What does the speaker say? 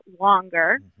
longer